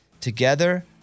Together